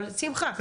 אבל שמחה,